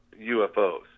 UFOs